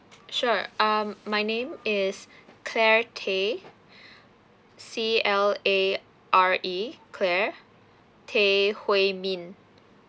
sure um my name is clare tay C L A R E clare tay hui min